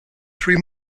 three